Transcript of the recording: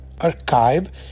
archive